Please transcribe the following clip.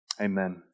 Amen